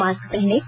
mask पहनें